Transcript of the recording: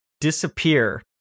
disappear